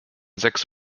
sechs